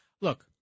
Look